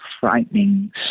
frightening